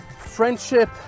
friendship